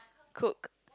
cook